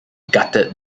gutted